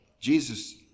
Jesus